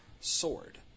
Sword